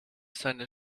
seine